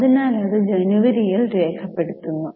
അതിനാൽ അത് ജനുവരിയിൽ രേഖപെടുത്തുന്നു